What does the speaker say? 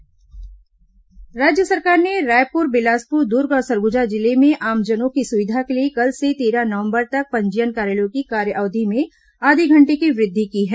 पंजीयन कार्यालय समय राज्य सरकार ने रायपुर बिलासपुर दुर्ग और सरगुजा जिले में आमजनों की सुविधा के लिए कल से तेरह नवम्बर तक पंजीयन कार्यालयों की कार्य अवधि में आधे घंटे की वृद्धि की है